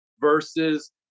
versus